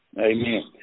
Amen